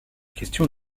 question